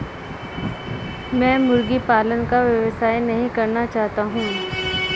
मैं मुर्गी पालन का व्यवसाय नहीं करना चाहता हूँ